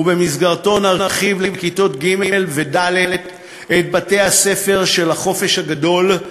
ובמסגרתו נרחיב לכיתות ג' וד' את בתי-הספר של החופש הגדול,